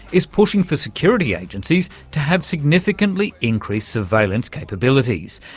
is pushing for security agencies to have significantly increased surveillance capabilities.